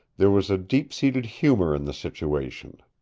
there was a deep-seated humor in the situation.